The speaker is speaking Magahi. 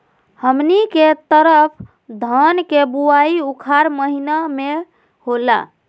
हमनी के तरफ धान के बुवाई उखाड़ महीना में होला